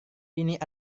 ini